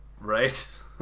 Right